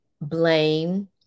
blame